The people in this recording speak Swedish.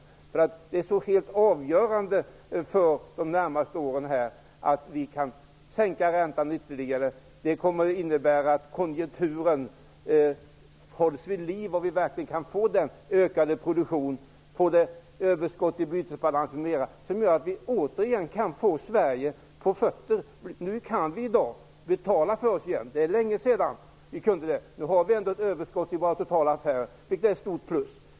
Det är avgörande för att vi under de närmaste åren skall kunna sänka räntan ytterligare. Det kommer att innebära att konjunkturen hålls vid liv och att vi kan få den ökade produktion och det överskott i bytesbalansen som gör att vi återigen kan få Sverige på fötter. I dag kan vi återigen betala för oss. Det är länge sedan vi kunde det. Nu har vi ett överskott i våra totala affärer. Det är ett stort plus.